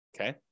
okay